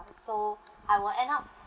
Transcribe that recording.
so I will end up